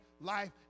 life